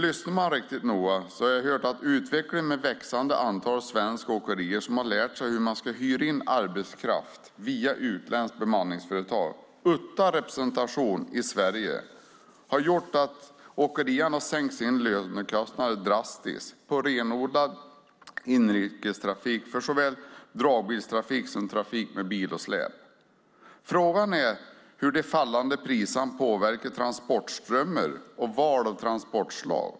Lyssnar man riktigt noga kan man få höra hur utvecklingen med ett växande antal svenska åkerier som har lärt sig hur man ska hyra in arbetskraft via utländska bemanningsföretag utan representation i Sverige har gjort att åkeriägarna har sänkt sina lönekostnader drastiskt på renodlad inrikestrafik för såväl dragbilstrafik som trafik med bil och släp. Frågan är hur det fallande priset påverkar transportströmmarna och val av transportslag.